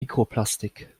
mikroplastik